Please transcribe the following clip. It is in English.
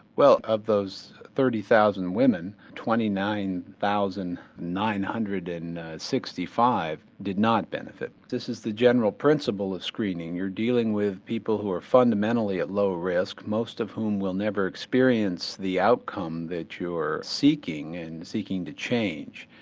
well, of those thirty thousand women, twenty nine thousand nine hundred and sixty five did not benefit from screening. this is the general principle of screening. you're dealing with people who are fundamentally at lower risk, most of whom will never experience the outcome that you're seeking and seeking to change.